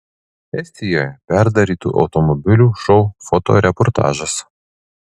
estijoje perdarytų automobilių šou fotoreportažas